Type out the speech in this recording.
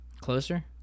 closer